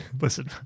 listen